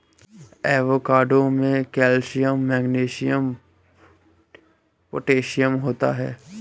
avocado में calcium magnesium potassium होता है